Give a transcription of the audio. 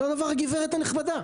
אותו דבר עם הגברת הנחמדה,